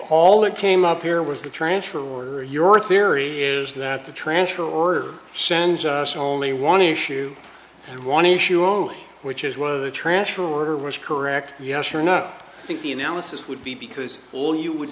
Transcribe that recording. all it came up here was the transfer or your theory is that the transfer or sends us only one issue and one issue only which is whether the trash order was correct yes or no i think the analysis would be because all you would